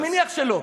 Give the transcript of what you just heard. אני מניח שלא.